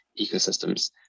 ecosystems